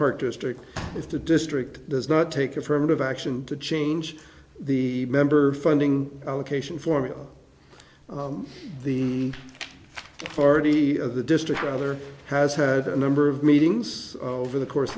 park district if the district does not take affirmative action to change the member funding allocation formula the party of the district rather has had a number of meetings over the course